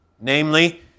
Namely